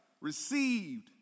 received